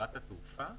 חברת התעופה?